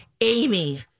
Amy